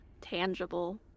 tangible